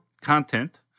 Content